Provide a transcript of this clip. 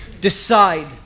decide